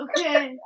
Okay